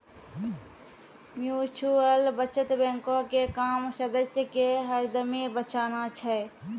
mutual बचत बैंको के काम सदस्य के हरदमे बचाना छै